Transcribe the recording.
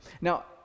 Now